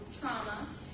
trauma